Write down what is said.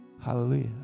Hallelujah